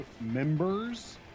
members